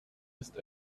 ist